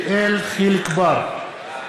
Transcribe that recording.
יחיאל חיליק בר,